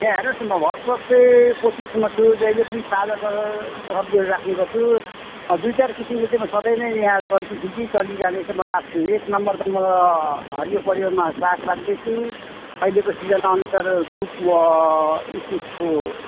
यहाँ हेर्नुहोस् न म भरसक चाहिँ कोसिसमा छु जहिले पनि ताजा ताजा सब्जीहरू राख्ने गर्छु दुई चार किसिमको चाहिँ म सधैँ नै यहाँ चल्ति फिर्ती चलिरहने चाहिँ म राख्छु एक नम्बर त म हरियो परियोमा साग राख्दैछु अहिलेको सिजन अनुसार डुकु इस्कुसको